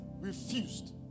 refused